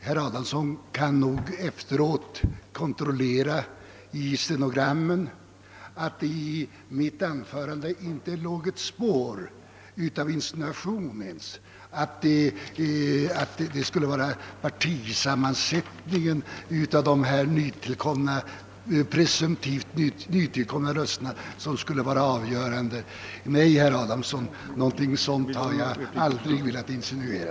Herr Adamsson kan så småningom i den stenografiska utskriften av protokollet kontrollera att det i mitt tidigare anförande inte låg ett spår av insinuation om att partisammansättningen hos dessa presumtiva, nytillkomna röster skulle ha influerat på utskottsmajoritetens inställning. Nej, her Adamsson, något sådant har jag aldrig velat insinuera.